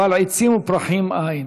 אבל עצים ופרחים, אין.